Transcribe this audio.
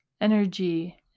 energy